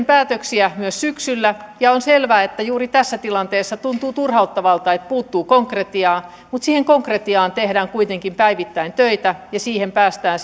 päätöksiä myös syksyllä ja on selvää että juuri tässä tilanteessa tuntuu turhauttavalta että puuttuu konkretiaa mutta siihen konkretiaan tehdään kuitenkin päivittäin töitä ja siihen päästään